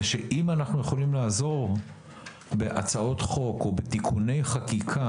זה שאם אנחנו יכולים לעזור בהצעות חוק או בתיקוני חקיקה